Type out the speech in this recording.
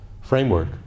framework